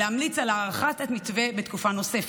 להמליץ על הארכת המתווה בתקופה נוספת.